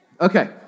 Okay